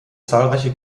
zahlreiche